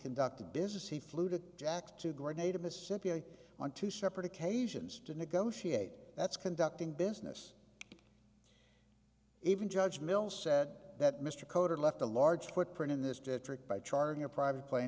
conducted business he flew to jack to grenada mississippi on two separate occasions to negotiate that's conducting business even judge mills said that mr coded left a large footprint in this district by charging a private plane